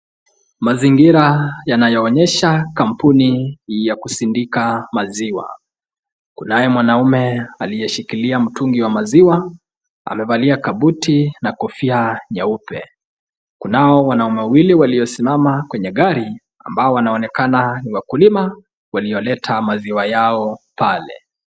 Mazingira yanayoonyesha kampuni ya kusindika mzaiwa. Kunayo mwanaume aliyeshikilia mtungi wa maziwa amevalia kabuti na kofia nyeupe. Kunao wanaume wawili waliosimama kwenye gari wakiwa wanaonekana ni wakulima walioleta maziwa yao pale.